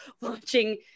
watching